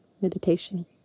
meditation